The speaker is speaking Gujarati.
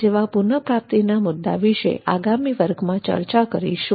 સેવા પુનપ્રાપ્તિના મુદ્દા વિષે આગામી વર્ગમાં ચર્ચા કરીશું